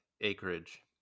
acreage